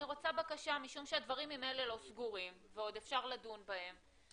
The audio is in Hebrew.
ואני רוצה בקשה: משום הדברים ממילא לא סגורים ועוד אפשר לדון בהם,